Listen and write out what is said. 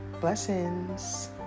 blessings